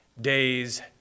Days